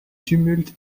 tumulte